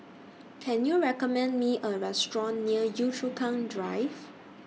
Can YOU recommend Me A Restaurant near Yio Chu Kang Drive